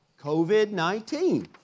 COVID-19